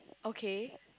okay